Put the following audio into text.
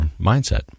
mindset